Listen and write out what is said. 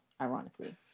ironically